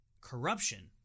Corruption